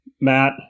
Matt